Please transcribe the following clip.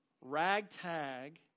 ragtag